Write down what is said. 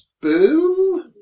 Boom